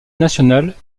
nationale